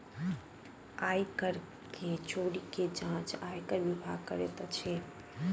आय कर के चोरी के जांच आयकर विभाग करैत अछि